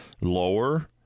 lower